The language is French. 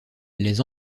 les